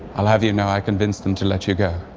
i'll have you know i convinced them to let you go.